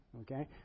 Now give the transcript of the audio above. okay